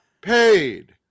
paid